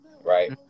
Right